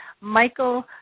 Michael